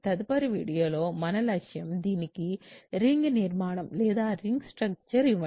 తదుపరి వీడియోలో మన లక్ష్యం దీనికి రింగ్ నిర్మాణం ఇవ్వడం